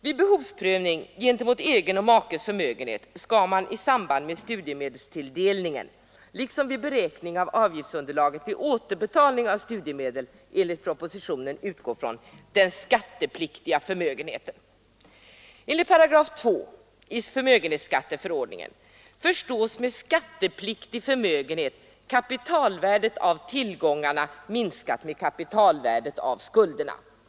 Vid behovsprövning av egen och makes förmögenhet skall man enligt propositionen i samband med studiemedelstilldelningen liksom vid beräkning av avgiftsunderlaget vid återbetalning av studiemedel utgå från den skattepliktiga förmögenheten. Enligt 2 § förmögenhetsskatteförordningen förstås med skattepliktig förmögenhet kapitalvärdet av tillgångarna minskat med kapitalvärdet av skulderna.